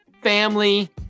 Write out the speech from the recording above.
family